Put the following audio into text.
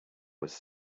was